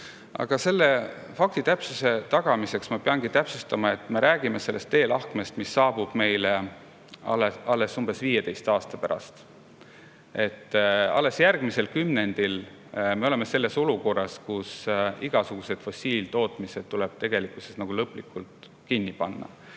Just faktitäpsuse tagamiseks ma peangi täpsustama, et me räägime teelahkmest, mis saabub meile alles umbes 15 aasta pärast. Alles järgmisel kümnendil oleme me olukorras, kus igasugused fossiiltootmised tuleb lõplikult kinni panna.